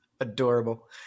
adorable